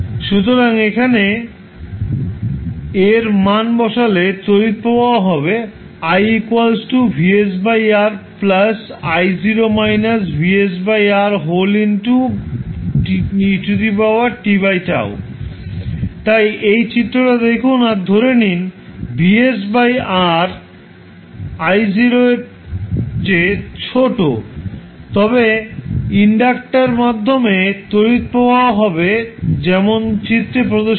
সুতরাং এখানে A এর মান বসালে তড়িৎ প্রবাহ হবে তাই এই চিত্রটা দেখুন আর ধরে নিন VSR I0এর চেয়ে ছোট তবে ইন্ডাক্টার মাধ্যমে তড়িৎ প্রবাহ হবে যেমন চিত্রে প্রদর্শিত